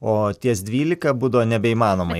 o ties dvylika būdavo neįmanomai